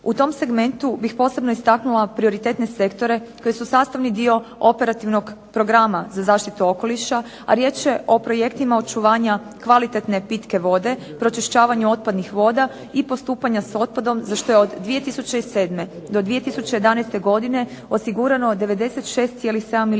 U tom segmentu bih posebno istaknula prioritetne sektore koji su sastavni dio operativnog programa za zaštitu okoliša, a riječ je o projektu očuvanja kvalitetne pitke vode, pročišćavanju otpadnih voda i postupanja sa otpadom za što je od 2007. do 2011. godine osigurano 96,7 milijuna